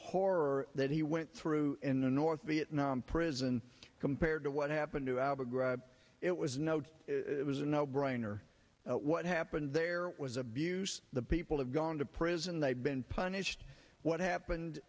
horror that he went through in the north vietnam prison compared to what happened to abu ghraib it was noted it was a no brainer what happened there was abuse the people have gone to prison they've been punished what happened